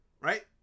Right